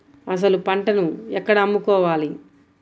అసలు పంటను ఎక్కడ అమ్ముకోవాలి?